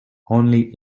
only